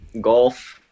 golf